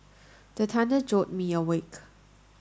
the thunder jolt me awake